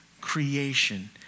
creation